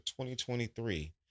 2023